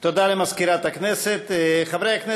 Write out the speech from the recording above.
התשע"ז 2016, מאת חברי הכנסת יעקב